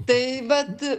taip vat